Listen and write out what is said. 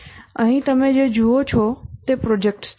અહીં તમે જે જુઓ છો તે પ્રોજેક્ટ્સ છે